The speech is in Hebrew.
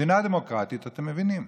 מדינה דמוקרטית, אתם מבינים.